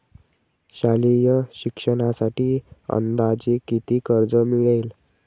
शालेय शिक्षणासाठी अंदाजे किती कर्ज मिळेल?